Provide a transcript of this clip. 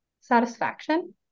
satisfaction